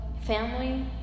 family